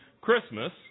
Christmas